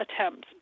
attempts